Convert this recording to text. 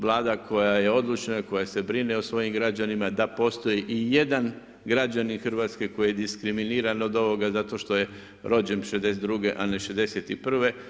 Vlada koja je odlučna, koja se brine o svojim građanima da postoji i jedan građanin Hrvatske koji je diskriminiran od ovoga zato što je rođen 62. a ne 61.